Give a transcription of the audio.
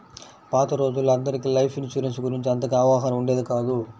పాత రోజుల్లో అందరికీ లైఫ్ ఇన్సూరెన్స్ గురించి అంతగా అవగాహన ఉండేది కాదు